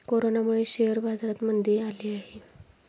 कोरोनामुळे शेअर बाजारात मंदी आली आहे